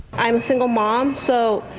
i'm single mom so.